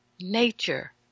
nature